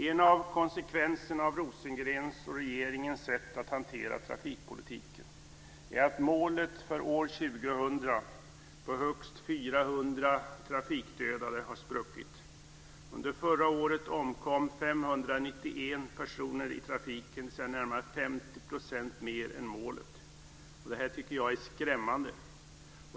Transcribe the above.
En av konsekvenserna av Rosengrens och regeringens sätt att hantera trafikpolitiken är att målet för år 2000 på högst 400 trafikdödade har spruckit. Under förra året omkom 591 personer i trafiken, dvs. närmare 50 % mer än målet. Det här tycker jag är skrämmande.